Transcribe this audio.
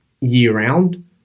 year-round